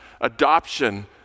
Adoption